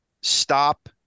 stop